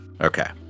Okay